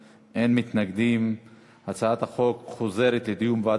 את הצעת חוק זכויות החולה (תיקון מס' 6)